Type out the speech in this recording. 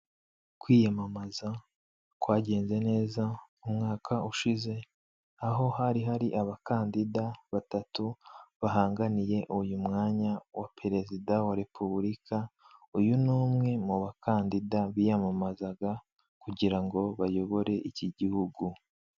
Kwiyamamaza kwagenze neza umwaka ushize aho hari hari abakandida batatu bahanganiye uyu mwanya wa perezida wa repubulika uyu ni umwe mu bakandida biyamamazaga kugira ngo bayobore iki gihugu.